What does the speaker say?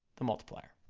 the multiplier.